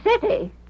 City